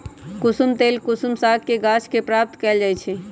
कुशुम तेल कुसुम सागके गाछ के प्राप्त कएल जाइ छइ